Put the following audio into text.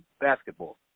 basketball